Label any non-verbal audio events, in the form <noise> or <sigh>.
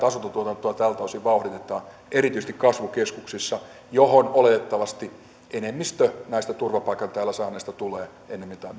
<unintelligible> asuntotuotantoa tältä osin vauhditetaan erityisesti kasvukeskuksissa joihin oletettavasti enemmistö näistä turvapaikan täällä saaneista tulee ennemmin tai <unintelligible>